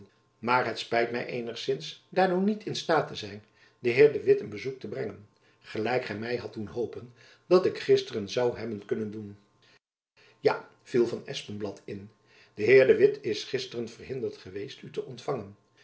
maar het spijt my eenigzins daardoor niet in staat te zijn den heer de witt heden een bezoek te brengen gelijk gy my hadt doen hopen dat ik gisteren zoû hebben kunnen doen ja viel van espenblad in de heer de witt is gisteren verhinderd geweest u te ontfangen